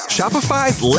Shopify's